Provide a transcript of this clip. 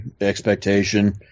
expectation